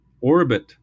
orbit